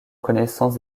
connaissance